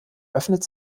öffnet